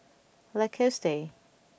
Lacoste